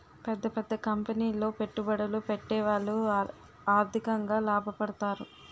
పెద్ద పెద్ద కంపెనీలో పెట్టుబడులు పెట్టేవాళ్లు ఆర్థికంగా లాభపడతారు